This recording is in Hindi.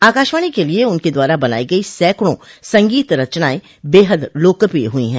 आकाशवाणी के लिये उनके द्वारा बनाई गई सैकड़ों संगीत रचनाएँ बेहद लोकप्रिय हुई हैं